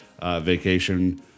vacation